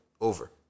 over